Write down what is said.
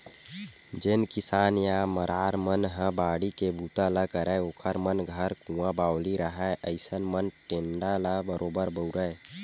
जेन किसान या मरार मन ह बाड़ी के बूता ल करय ओखर मन घर कुँआ बावली रहाय अइसन म टेंड़ा ल बरोबर बउरय